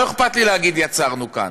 לא אכפת לי להגיד "יצרנו" כאן,